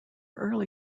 early